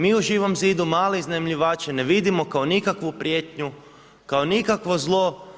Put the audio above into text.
Mi u Živom zidu male iznajmljivače ne vidimo kao nikakvu prijetnju, kao nikakvo zlo.